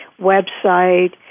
website